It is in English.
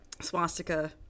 swastika